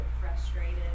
frustrated